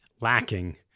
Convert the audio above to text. lacking